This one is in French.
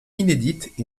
inédite